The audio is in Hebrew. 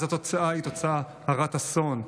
אז התוצאה היא תוצאה הרת אסון.